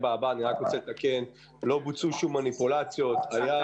אני רוצה לתקן: לא בוצעו שום מניפולציות --- שי,